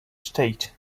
state